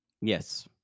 Yes